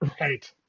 Right